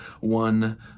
one